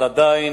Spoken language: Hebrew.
אבל עדיין,